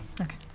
Okay